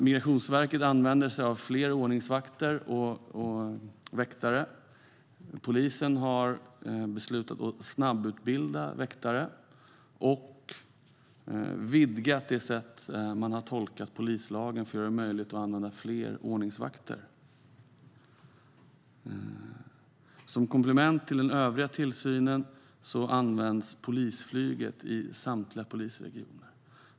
Migrationsverket använder sig av fler ordningsvakter och väktare. Polisen har beslutat att snabbutbilda väktare och vidgat sin tolkning av polislagen för att göra det möjligt att använda fler ordningsvakter. Som komplement till den övriga tillsynen används Polisflyget i samtliga polisregioner.